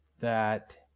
that